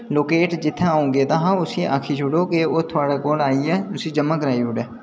locate जित्थै अ'ऊं गेदा हा उसी आक्खी छोड़ो कि ओह् थुआढ़े कोल आइयै उसी ज'मा करोआई ओड़ै